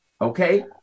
okay